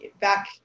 back